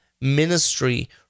ministry